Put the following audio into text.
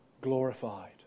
glorified